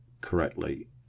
correctly